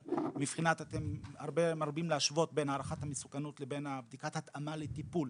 אתם הרבה מרבים להשוות בין הערכת המסוכנות לבין בדיקת התאמה לטיפול,